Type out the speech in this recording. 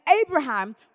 Abraham